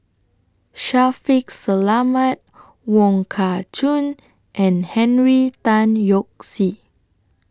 Shaffiq Selamat Wong Kah Chun and Henry Tan Yoke See